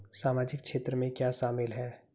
सामाजिक क्षेत्र में क्या शामिल है?